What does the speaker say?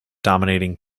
dominating